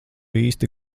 īsti